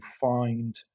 find